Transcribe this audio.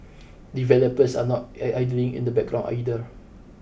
developers are not I idling in the background either